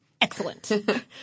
Excellent